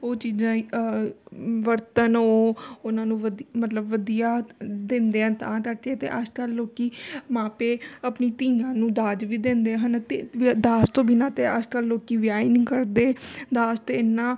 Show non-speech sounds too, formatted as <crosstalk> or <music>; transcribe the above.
ਉਹ ਚੀਜ਼ਾਂ <unintelligible> ਵਰਤਣ ਉਹ ਉਹਨਾਂ ਨੂੰ ਵਧੀ ਮਤਲਬ ਵਧੀਆ ਦਿੰਦੇ ਆ ਤਾਂ ਕਰਕੇ ਤੇ ਅੱਜ ਕੱਲ੍ਹ ਲੋਕ ਮਾਪੇ ਆਪਣੀ ਧੀਆਂ ਨੂੰ ਦਾਜ ਵੀ ਦਿੰਦੇ ਹਨ ਅਤੇ ਵਿ ਦਾਜ ਤੋਂ ਬਿਨਾਂ ਤਾਂ ਅੱਜ ਕੱਲ੍ਹ ਲੋਕ ਵਿਆਹ ਹੀ ਨਹੀਂ ਕਰਦੇ ਦਾਜ ਤਾਂ ਇੰਨਾ